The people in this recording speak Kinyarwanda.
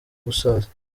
gusaza